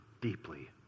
deeply